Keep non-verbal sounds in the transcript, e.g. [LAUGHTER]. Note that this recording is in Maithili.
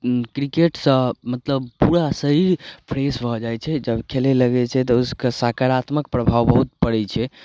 क्रिकेटसँ मतलब पूरा शरीर फ्रेश भऽ जाइ छै जब खेलै लगै छै तऽ [UNINTELLIGIBLE] सकारात्मक प्रभाव बहुत पड़ै छै